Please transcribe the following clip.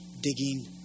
digging